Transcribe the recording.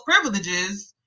privileges